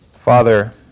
Father